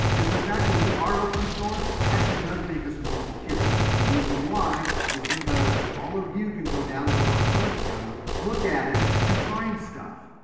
is the fact that we are open-source actually does make us more secure. the reason why is because all of you can go download our source code, look at it, and find stuff.